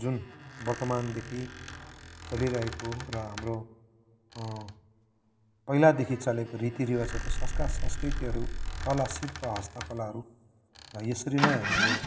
जुन वर्तमानदेखि चलिरहेको र हाम्रो पहिलादेखि चलेको रीतिरिवाज संस्कार संस्कृतिहरू कला शिल्प हस्तकलाहरूलाई यसरी नै हामीले